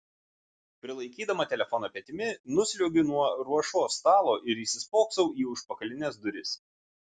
prilaikydama telefoną petimi nusliuogiu nuo ruošos stalo ir įsispoksau į užpakalines duris